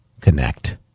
connect